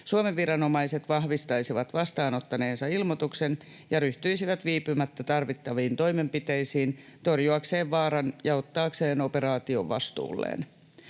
Suomen viranomaiset vahvistaisivat vastaanottaneensa ilmoituksen ja ryhtyisivät viipymättä tarvittaviin toimenpiteisiin torjuakseen vaaran ja ottaakseen operaation vastuulleen.